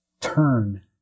turn